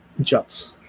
juts